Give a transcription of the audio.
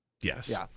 yes